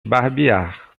barbear